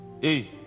hey